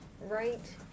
Right